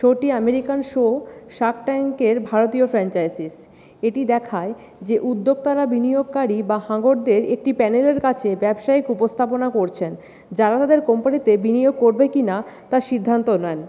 শোটি American show shark ট্যাঙ্কের ভারতীয় franchises এটি দেখায় যে উদ্যোক্তারা বিনিয়োগকারী বা হাঙরদের একটি প্যানেলের কাছে ব্যবসায়িক উপস্থাপনা করছেন যারা তাদের কোম্পানিতে বিনিয়োগ করবে কিনা তা সিন্ধান্ত নেন